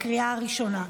לקריאה הראשונה.